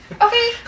Okay